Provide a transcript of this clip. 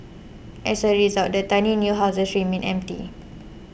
as a result the tiny new houses remained empty